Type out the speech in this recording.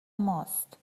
ماست